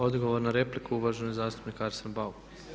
Odgovor na repliku uvaženi zastupnik Arsen Bauk.